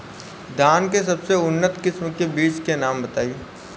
धान के सबसे उन्नत किस्म के बिज के नाम बताई?